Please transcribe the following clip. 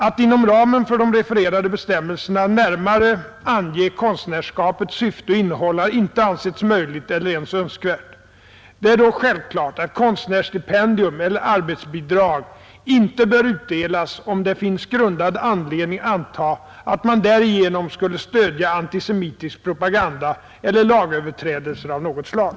Att inom ramen för de refererade bestämmelserna närmare ange konstnärskapets syfte och innehåll har inte ansetts möjligt eller ens önskvärt. Det är dock självklart att konstnärsstipendium eller arbetsbidrag inte bör utdelas om det finns grundad anledning anta att man därigenom skulle stödja antisemitisk propaganda eller lagöverträdelser av något slag.